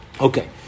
Okay